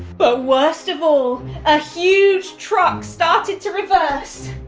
but worst of all a huge truck started to reverse.